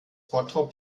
bottrop